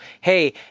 Hey